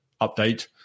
update